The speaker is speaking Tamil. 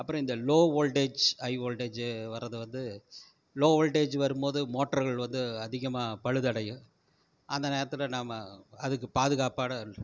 அப்பறம் இந்த லோ ஓல்ட்டேஜ் ஹை ஓல்ட்டேஜ் வரது வந்து ஓல்ட்டேஜ் வரும்போது மோட்டருகள் வந்து அதிகமாக பழுதடையும் அந்த நேரத்தில் நம்ம அதுக்குப் பாதுகாப்பான